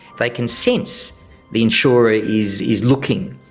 they can sense the insurer is is looking,